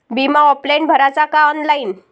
बिमा ऑफलाईन भराचा का ऑनलाईन?